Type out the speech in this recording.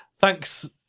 thanks